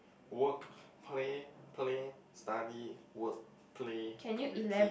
work play play study work play repeat